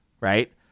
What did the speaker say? Right